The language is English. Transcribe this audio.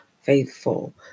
faithful